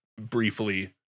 briefly